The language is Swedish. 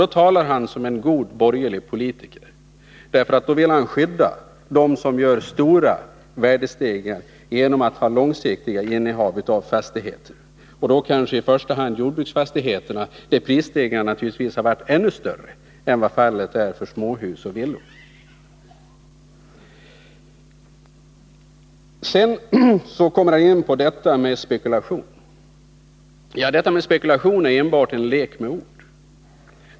Då talar han som en god borgerlig politiker, eftersom han vill skydda dem som får stora värdestegringar, därför att de har fastigheter under lång tid. Det gäller då kanske i första hand jordbruksfastigheterna, där prisstegringarna naturligtvis har varit större än vad som varit fallet beträffande småhus och villor. Sedan vill jag ta upp detta med spekulation, som endast är en lek med ord.